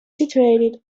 situated